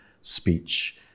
speech